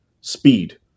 speed